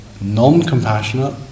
non-compassionate